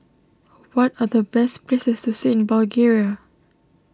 what are the best places to see in Bulgaria